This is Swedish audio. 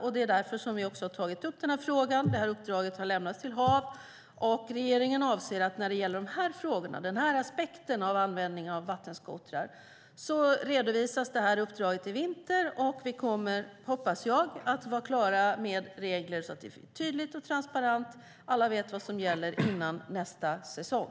Det är därför som vi har tagit upp denna fråga. Detta uppdrag har lämnats till Havs och vattenmyndigheten, och regeringen avser att när det gäller dessa frågor och denna aspekt av användningen av vattenskotrar redovisa detta uppdrag i vinter. Jag hoppas att vi kommer att vara klara med regler så att det blir tydligt och transparent så att alla vet vad som gäller före nästa säsong.